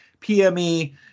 PME